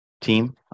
team